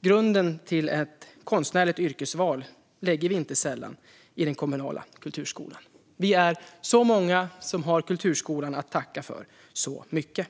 Grunden till ett konstnärligt yrkesval lägger vi inte sällan i den kommunala kulturskolan. Vi är så många som har kulturskolan att tacka för så mycket!